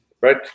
right